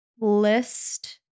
list